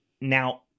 now